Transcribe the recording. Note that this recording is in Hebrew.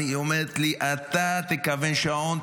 היא אומרת לי: אתה תכוון שעון,